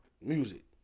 music